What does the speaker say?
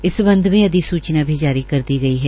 इस सम्बध में अधिस्चना भी जारी कर दी गई है